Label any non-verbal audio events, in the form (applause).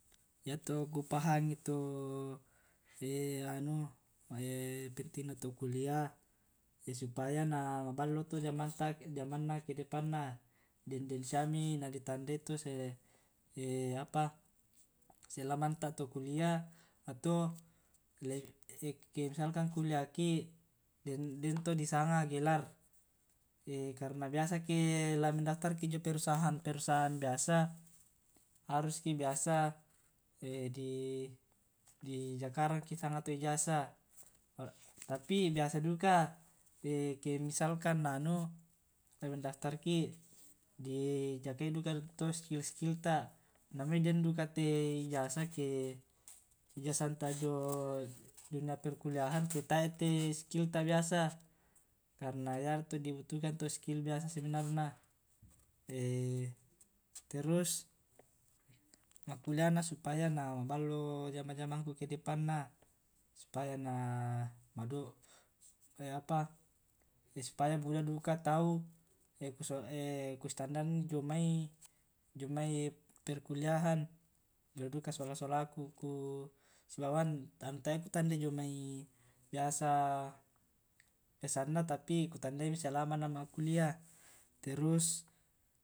Yato ku pahangi to anu, (hesitation) penting na to kuliah, supaya na maballo to jamanta jamanna kedepan na den den siami na ditandai tu se (hesitation) apa selamanta to kuliah ato eke misalkan kuliahki den to disanga gelar. Karena biasa ke la mendaftarki jio perusahaan perusahaan biasa harus ki biasa (hesitation) di dijakarangki sanga to ijazah. Tapi biasa duka (hesitation) ke misalkan anu la mendaftarki dijakai duka tu skill skill ta, namoi den duka te ijasa ke ijasanta jio dunia perkuliahan ke tae te skill ta biasa. Karena yari to dibutuhkan to skill biasa sebenarnya. (hesitation) terus ma' kuliah na supaya na maballo jama jamangku ke depan na. Supaya na mado (hesitation) apa supaya buda duka tau (hesitation) ku sitandan jomai perkuliahan buda duka sola solaku kusibawan, kan tae kutandai jomai biasa pesan na tapi ku tandai mi selama na' ma' kuliah. Terus